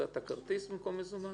נתת כרטיס במקום מזומן,